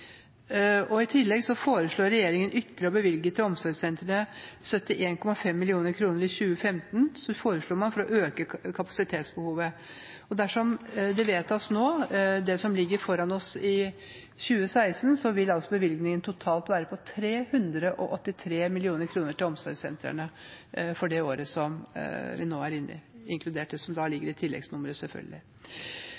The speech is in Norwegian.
I tillegg foreslo regjeringen ytterligere å bevilge til omsorgssentrene 71,5 mill. kr i 2015 for å øke kapasitetsbehovet. Dersom det vedtas nå det som ligger foran oss i 2016, vil altså bevilgningen totalt være på 383 mill. kr til omsorgssentrene for det året vi nå er inne i, inkludert det som ligger i tilleggsnummeret, selvfølgelig.